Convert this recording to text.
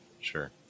sure